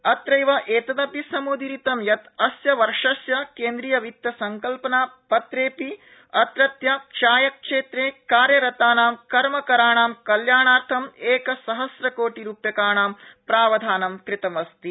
अत्रैव एमदपि समुदीरिंत यत अस्य वर्षस्य केन्द्रिय वित्तसंडल्पनापत्रेऽपि अत्रत्य चायक्षेत्रे कार्यरतानां कर्मकराणां कल्याणार्थम् एकसहस्रकोटिरूप्यकाणां प्रावधानं कृतम् अस्ति